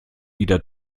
wieder